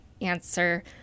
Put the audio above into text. answer